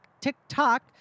TikTok